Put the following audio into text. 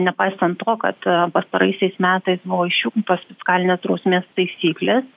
nepaisant to kad pastaraisiais metais buvo išjungtos fiskalinės drausmės taisyklės